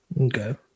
Okay